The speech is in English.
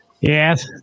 Yes